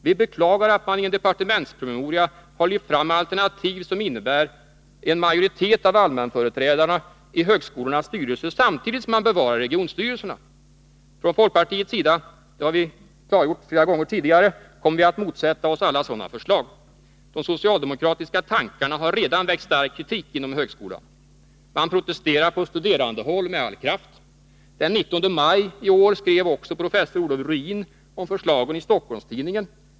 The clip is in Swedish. Vi beklagar att man i en departementspromemoria har lyft fram alternativ som innebär en majoritet av allmänföreträdare i högskolornas styrelser, samtidigt som man bevarar regionstyrelserna. Från folkpartiets sida, det har vi klargjort flera gånger tidigare, kommer vi att motsätta oss alla sådana förslag. De socialdemokratiska tankarna har redan väckt stark kritik inom högskolan. Man protesterar på studerandehåll Nr 161 med all kraft. Den 19 maj i år skrev också professor Olof Ruin om förslagen i Onsdagen den Stockholms-Tidningen.